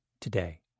today